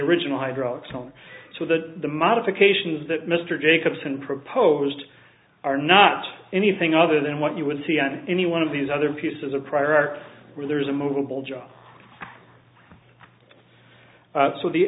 original hydraulics on so that the modifications that mr jacobson proposed are not anything other than what you would see on any one of these other pieces of prior art where there is a movable job so the